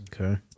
Okay